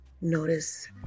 Notice